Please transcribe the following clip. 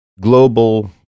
global